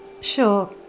Sure